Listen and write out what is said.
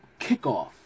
kickoff